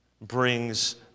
brings